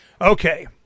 Okay